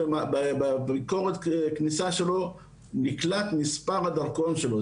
בביקורת כניסה שלו נקלט מספר הדרכון שלו.